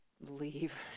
leave